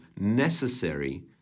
necessary